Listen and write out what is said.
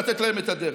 לתת להם את הדרך.